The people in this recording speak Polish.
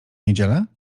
niedzielę